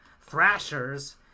Thrashers